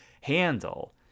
handle